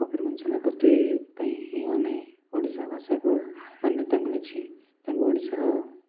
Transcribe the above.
ଫକୀର ମୋହନ ସେନାପତି ପାଇଁ ହିଁ ଆମେ ଓଡ଼ିଶା ଭାଷାକୁ ମାନ୍ୟତା ମିଳିଛି ତାଙ୍କୁ ଓଡ଼ିଶାର